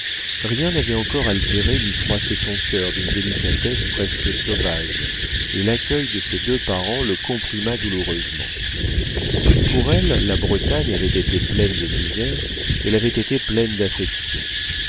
rien n'avait encore altéré ni froissé son cœur d'une délicatesse presque sauvage et l'accueil de ses deux parents le comprima douloureusement si pour elle la bretagne avait été pleine de misère elle avait été pleine d'affection